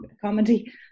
comedy